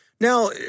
Now